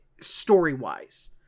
story-wise